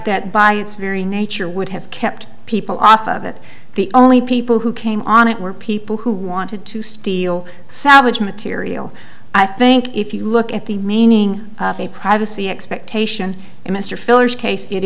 that by its very nature would have kept people off of it the only people who came on it were people who wanted to steal salvage material i think if you look at the meaning of privacy expectation in mr fillers case it